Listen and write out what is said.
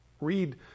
Read